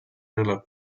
nella